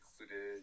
included